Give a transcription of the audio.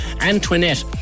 Antoinette